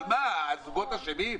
אבל האם הזוגות אשמים?